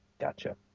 Gotcha